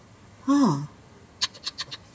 !huh!